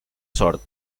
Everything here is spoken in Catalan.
sort